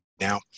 now